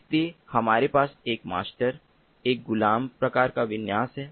इसलिए हमारे पास एक मास्टर एक गुलाम प्रकार का विन्यास है